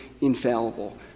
infallible